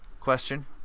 question